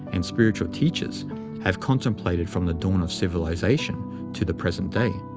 and spiritual teachers have contemplated from the dawn of civilization to the present day.